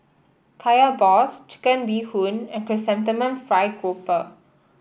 Kaya Balls Chicken Bee Hoon and Chrysanthemum Fried Grouper